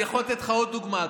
אני יכול לתת לך עוד דוגמה.